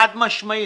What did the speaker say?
חד-משמעית.